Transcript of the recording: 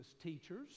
teachers